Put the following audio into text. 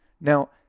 Now